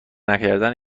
نکردن